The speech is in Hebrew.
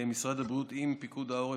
משרד הבריאות עם פיקוד העורף,